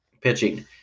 Pitching